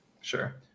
Sure